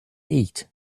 eat